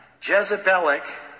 Jezebelic